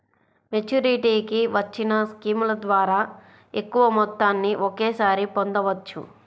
మెచ్యూరిటీకి వచ్చిన స్కీముల ద్వారా ఎక్కువ మొత్తాన్ని ఒకేసారి పొందవచ్చు